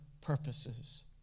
purposes